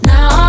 Now